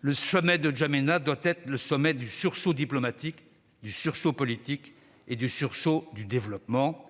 le sommet de N'Djamena doit être le sommet du sursaut diplomatique, du sursaut politique et du sursaut du développement